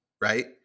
Right